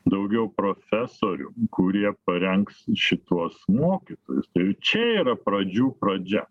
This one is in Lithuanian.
daugiau profesorių kurie parengs šituos mokytojus čia yra pradžių pradžia